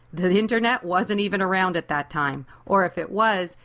the internet wasn't even around at that time or if it was,